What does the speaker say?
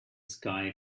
sky